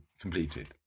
completed